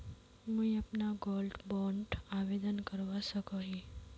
मुई अपना gold bond आवेदन करवा सकोहो ही?